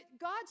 God's